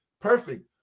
perfect